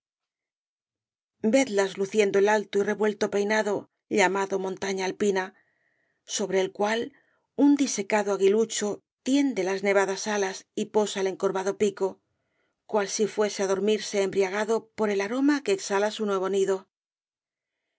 vedlas luciendo el alto y revuelto peinado llamado montaña alpina sobre el cual un disecado aguilucho tiende las nevadas alas y posa el encorvado pico cual si fuese á dormirse embriagado por el aroma que exhala su nuevo nido